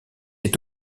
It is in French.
est